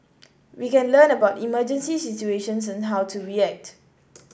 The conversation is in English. we can learn about emergency situations and how to react